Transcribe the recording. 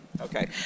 Okay